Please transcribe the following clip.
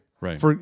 Right